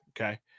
okay